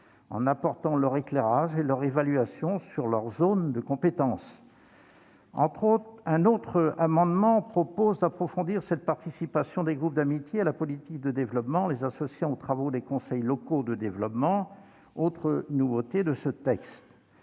en apportant leur éclairage et leur évaluation sur leur zone de compétence. Un autre amendement tend à approfondir cette participation des groupes d'amitié à la politique de développement, en les associant aux travaux des conseils locaux de développement, autre nouveauté de ce texte.